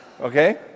Okay